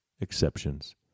exceptions